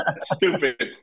Stupid